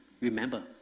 Remember